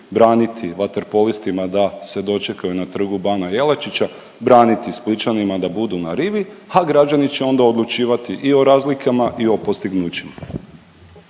braniti vaterpolistima da se dočekaju na Trgu bana Jelačića, braniti Splićanima da budu na Rivi, ha građani će onda odlučivati i o razlikama i o postignućima.